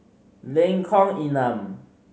Lengkong Enam